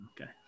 Okay